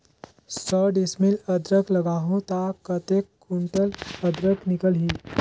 सौ डिसमिल अदरक लगाहूं ता कतेक कुंटल अदरक निकल ही?